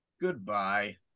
Goodbye